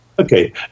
Okay